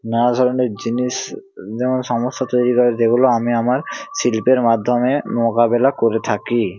নানা ধরনের জিনিস যেমন সমস্যা তৈরি করে সেগুলো আমি আমার শিল্পের মাধ্যমে মোকাবিলা করে থাকি